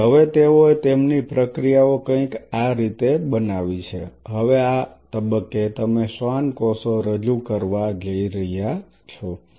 તેથી હવે તેઓએ તેમની પ્રક્રિયાઓ કંઇક આ રીતે બનાવી છે હવે આ તબક્કે તમે શ્વાન કોષો રજૂ કરવા જઇ રહ્યા છો